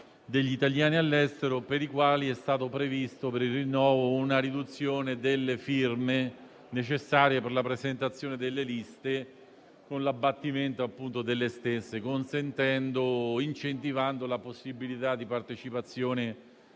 degli italiani all'estero (Comites), per i quali è stato previsto per il rinnovo una riduzione delle firme necessarie per la presentazione delle liste con l'abbattimento delle stesse, incentivando la possibilità di partecipazione